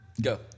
Go